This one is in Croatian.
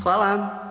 Hvala.